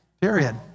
period